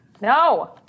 No